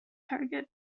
target